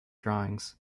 drawings